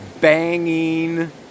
banging